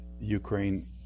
ukraine